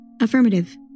Affirmative